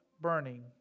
burning